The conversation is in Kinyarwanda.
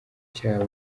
cyabo